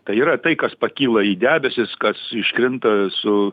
tai yra tai kas pakyla į debesis kas iškrinta su